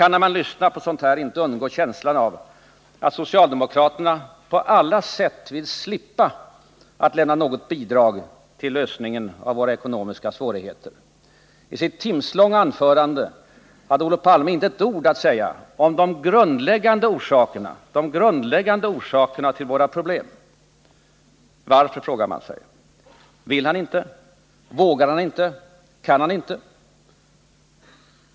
När man lyssnar på sådant här kan man inte undgå känslan av att socialdemokraterna på alla sätt vill slippa att lämna något bidrag till lösningen av våra ekonomiska problem. I sitt timslånga anförande hade Olof Palme inte ett ord att säga om de grundläggande orsakerna till våra svårigheter. Varför? frågar man sig. Vill han inte? Vågar han inte? Kan han inte?